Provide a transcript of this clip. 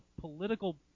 political